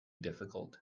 difficult